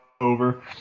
over